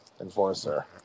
Enforcer